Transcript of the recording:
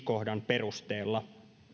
kohdan perusteella